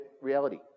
reality